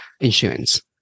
insurance